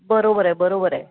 बरोबर आहे बरोबर आहे